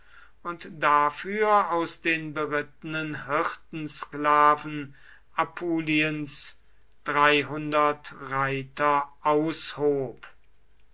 und dafür aus den berittenen hirtensklaven apuliens reiter